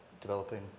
developing